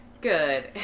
Good